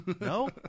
No